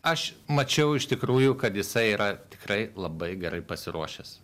aš mačiau iš tikrųjų kad jisai yra tikrai labai gerai pasiruošęs